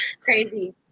crazy